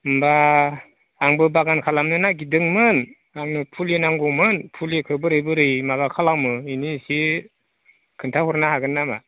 होमब्ला आंबो बागान खालामनो नागिरदोंमोन आंनो फुलि नांगौमोन फुलिखौ बोरै बोरै माबा खालामो इनि एसे खोन्थाहरनो हागोन नामा